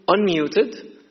unmuted